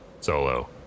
solo